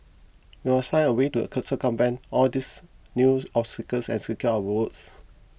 we find a way to circumvent all these new obstacles and secure our votes